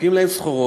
מספקים להם סחורות?